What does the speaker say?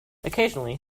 occasionally